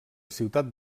ciutat